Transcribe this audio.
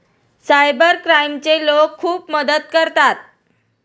cyber क्राईमचे लोक खूप मदत करतात